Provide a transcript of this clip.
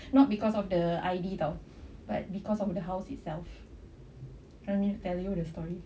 not because of the I_D [tau] but because of the house itself you want me tell you the story